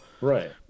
right